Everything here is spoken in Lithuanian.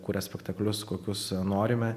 kuria spektaklius kokius norime